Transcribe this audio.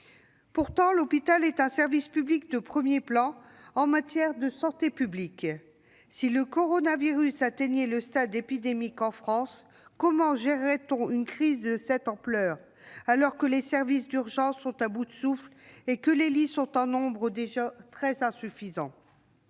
Pourtant, l'hôpital est un service public de premier plan en matière de santé publique. Si le coronavirus atteignait le stade épidémique en France, comment gérerait-on une crise de cette ampleur, alors que les services d'urgence sont à bout de souffle et que les lits sont déjà en nombre très insuffisant ?